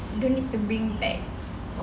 don't need to bring back